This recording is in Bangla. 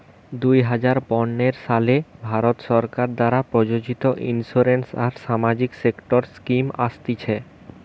দুই হাজার পনের সালে ভারত সরকার দ্বারা প্রযোজিত ইন্সুরেন্স আর সামাজিক সেক্টর স্কিম আসতিছে